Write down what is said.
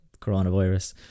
coronavirus